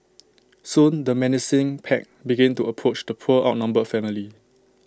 soon the menacing pack began to approach the poor outnumbered family